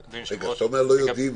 אדוני היושב-ראש --- אתה אומר לא יודעים,